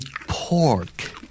pork